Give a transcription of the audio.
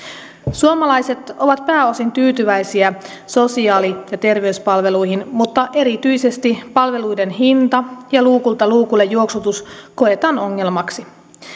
suomalaiset ovat pääosin tyytyväisiä sosiaali ja terveyspalveluihin mutta erityisesti palveluiden hinta ja luukulta luukulle juoksutus koetaan ongelmaksi